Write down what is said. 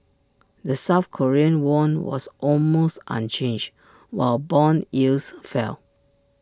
the south Korean won was almost unchanged while Bond yields fell